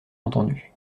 entendu